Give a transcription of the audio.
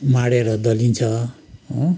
माडेर दलिन्छ हो